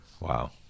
Wow